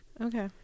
Okay